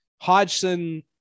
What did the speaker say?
Hodgson